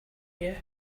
you